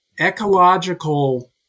ecological